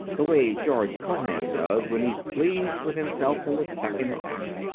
the way george cohan does when he's pleased with himself in the second act.